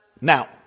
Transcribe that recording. Now